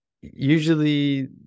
Usually